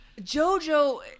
jojo